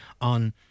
on